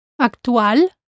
Actual